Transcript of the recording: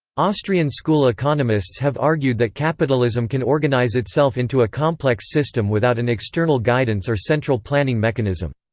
austrian school economists have argued that capitalism can organize itself into a complex system without an external guidance or central planning mechanism.